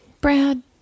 brad